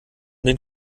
den